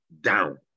down